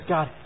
God